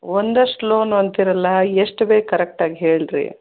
ಒಂದಷ್ಟು ಲೋನು ಅಂತೀರಲ್ಲ ಎಷ್ಟು ಬೇಕು ಕರಕ್ಟಾಗಿ ಹೇಳಿರಿ